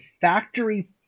factory